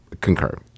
concur